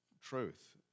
truth